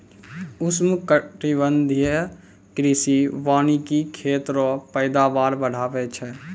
उष्णकटिबंधीय कृषि वानिकी खेत रो पैदावार बढ़ाबै छै